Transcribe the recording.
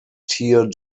tier